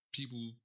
People